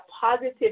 positive